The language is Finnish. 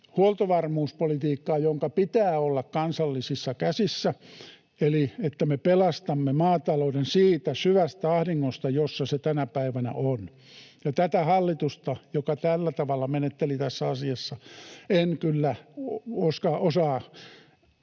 huoltovarmuuspolitiikkaa, jonka pitää olla kansallisissa käsissä, eli me pelastamme maatalouden siitä syvästä ahdingosta, jossa se tänä päivänä on, ja tätä hallitusta, joka tällä tavalla menetteli tässä asiassa, en kyllä osaa